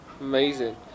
Amazing